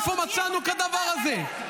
לאפשר לו --- איפה מצאנו כדבר הזה?